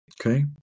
Okay